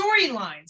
storylines